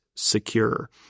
Secure